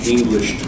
English